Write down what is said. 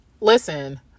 listen